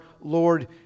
Lord